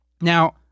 Now